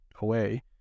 away